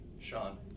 Sean